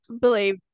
believe